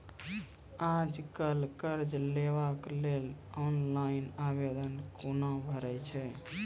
आज कल कर्ज लेवाक लेल ऑनलाइन आवेदन कूना भरै छै?